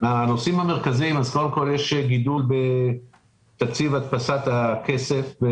הנושאים המרכזיים: קודם כול יש גידול בתקציב הדפסת הכסף,